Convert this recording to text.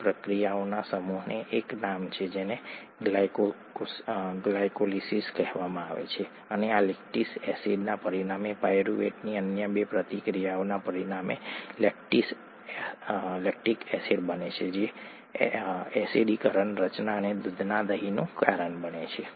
આ પ્રતિક્રિયાઓના સમૂહને એક નામ છે જેને ગ્લાયકોલિસિસ કહેવામાં આવે છે અને આ લેક્ટિક એસિડના પરિણામે પાયરુવેટની અન્ય બે પ્રતિક્રિયાઓના પરિણામે લેક્ટિક એસિડ બને છે જે એસિડીકરણ રચના અને દૂધના દહીંનું કારણ બને છે